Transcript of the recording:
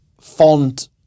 font